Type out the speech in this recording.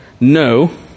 no